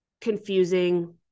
Confusing